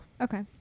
okay